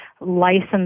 licensed